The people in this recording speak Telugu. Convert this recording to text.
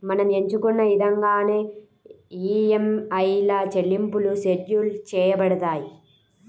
మనం ఎంచుకున్న ఇదంగానే ఈఎంఐల చెల్లింపులు షెడ్యూల్ చేయబడతాయి